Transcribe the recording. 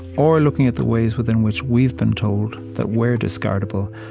or looking at the ways within which we've been told that we're discardable,